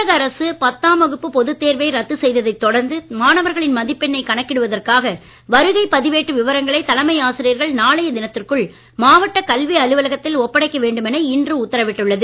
தமிழக அரசு பத்தாம் வகுப்பு பொதுத் தேர்வை ரத்து செய்ததைத் தொடர்ந்து மாணவர்களின் மதிப்பெண்ணைக் கணக்கிடுவதற்காக வருகைப் பதிவேட்டு விவரங்களை தலைமை ஆசிரியர்கள் நாளைய தினத்திற்குள் மாவட்ட கல்வி அலுவலகத்தில் ஒப்படைக்க வேண்டுமென இன்று உத்தரவிட்டுள்ளது